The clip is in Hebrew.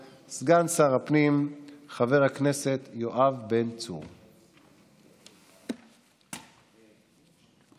שר הבריאות חבר הכנסת יולי יואל אדלשטיין להציג את הצעת החוק,